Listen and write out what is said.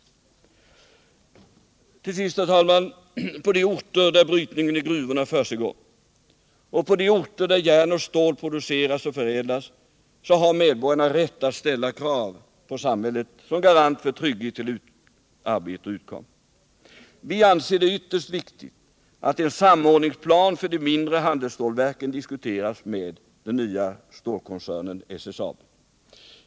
Till sist, herr talman. På de orter där brytningen i gruvorna försiggår och på de orter där järn och stål produceras och förädlas har medborgarna rätt att ställa krav på samhället som garant för trygghet till arbete och utkomst. Vi anser det ytterst viktigt att en samordningsplan för de mindre handelsstålverken diskuteras med den nya stålkoncernen SSAB.